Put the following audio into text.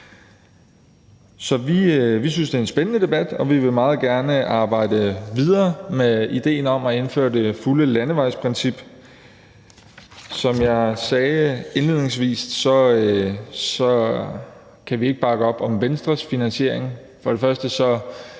Så vi synes, det er en spændende debat, og vi vil meget gerne arbejde videre med idéen om at indføre det fulde landevejsprincip. Som jeg sagde indledningsvis, kan vi ikke bakke op om Venstres finansiering. For det første